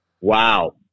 Wow